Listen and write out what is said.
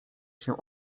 się